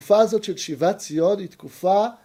תקופה הזאת של שיבת ציון היא תקופה